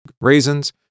raisins